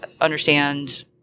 understand